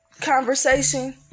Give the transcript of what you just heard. conversation